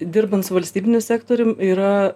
dirbant su valstybiniu sektorium yra